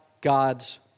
God's